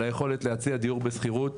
על היכולת להציע דיור בשכירות,